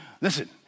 listen